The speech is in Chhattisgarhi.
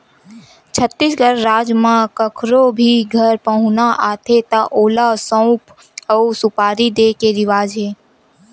छत्तीसगढ़ राज म कखरो भी घर पहुना आथे त ओला सउफ अउ सुपारी दे के रिवाज हे